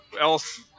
else